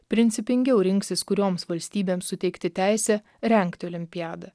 principingiau rinksis kurioms valstybėms suteikti teisę rengt olimpiadą